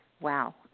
Wow